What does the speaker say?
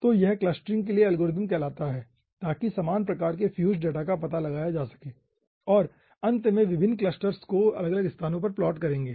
तो यह क्लस्टरिंग के लिए एल्गोरिथ्म कहलाता है ताकि समान प्रकार के फ्यूज्ड डेटा का पता लगाया जा सके और फिर अंत में विभिन्न क्लस्टर्स को अलग अलग स्थानों पर प्लॉट करेंगे